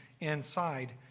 inside